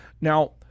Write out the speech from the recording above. Now